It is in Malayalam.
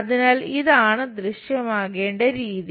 അതിനാൽ ഇതാണ് ദൃശ്യമാകേണ്ട രീതി